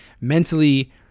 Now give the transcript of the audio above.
mentally